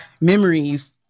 memories